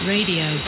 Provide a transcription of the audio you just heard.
Radio